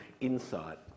insight